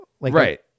right